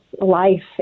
life